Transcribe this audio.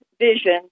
vision